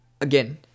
again